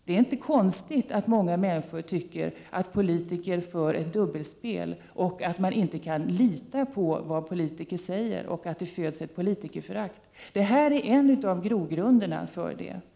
Det är inte konstigt att många människor tycker att politiker för ett dubbelspel. Man kan inte lita på vad politiker säger, och det föds ett politikerförakt. Detta är en av grogrunderna för det föraktet.